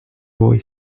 boy